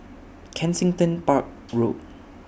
Kensington Park Road